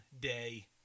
day